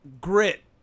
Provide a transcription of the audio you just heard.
Grit